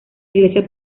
iglesia